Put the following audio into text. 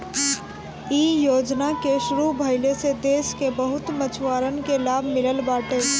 इ योजना के शुरू भइले से देस के बहुते मछुआरन के लाभ मिलल बाटे